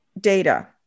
data